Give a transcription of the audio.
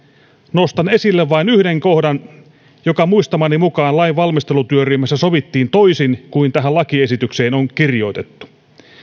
nostan esille vain yhden kohdan joka muistamani mukaan lainvalmistelutyöryhmässä sovittiin toisin kuin tähän lakiesitykseen on kirjoitettu